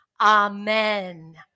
Amen